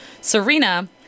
Serena